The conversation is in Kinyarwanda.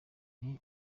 ndi